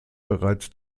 bereits